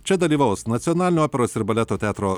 čia dalyvaus nacionalinio operos ir baleto teatro